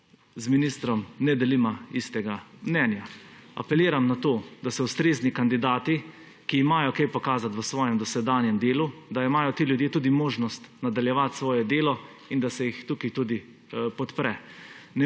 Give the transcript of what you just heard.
z ministrom ne deliva istega mnenja. Apeliram na to, da ustrezni kandidati, ki imajo kaj pokazati v svojem dosedanjem delu, da imajo ti ljudje tudi možnost nadaljevati svoje delo in da se jih tukaj tudi podpre.